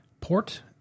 port